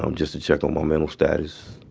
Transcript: um just to check on my mental status.